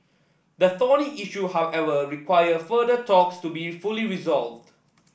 the thorny issue however require further talks to be fully resolved